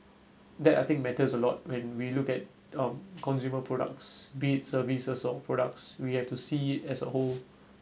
that I think matters a lot when we look at um consumer products beat services or products we have to see as a whole